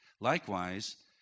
Likewise